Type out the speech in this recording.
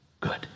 good